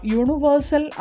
universal